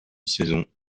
saison